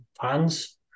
fans